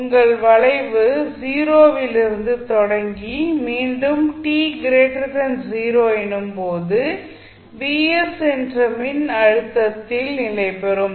உங்கள் வளைவு 0 இலிருந்து தொடங்கி மீண்டும் t 0 எனும் போது என்ற மின்னழுத்தத்தில் நிலைபெறும்